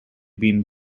been